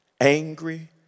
angry